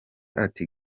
ati